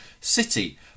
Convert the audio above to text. city